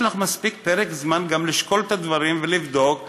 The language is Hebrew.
יש לך פרק זמן מספיק גם לשקול את הדברים ולבדוק,